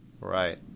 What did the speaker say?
Right